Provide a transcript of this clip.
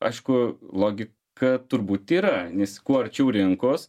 aišku logika turbūt yra nes kuo arčiau rinkos